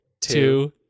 two